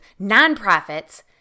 nonprofits